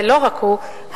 ולא רק הוא,